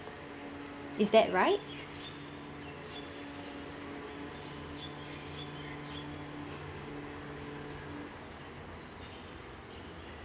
is that right